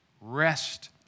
rest